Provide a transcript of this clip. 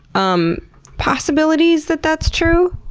um possibilities that that's true?